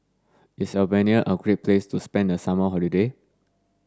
is Albania a great place to spend the summer holiday